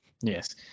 yes